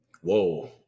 Whoa